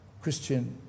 Christian